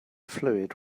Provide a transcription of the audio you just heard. fluid